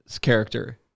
character